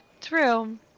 True